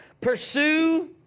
Pursue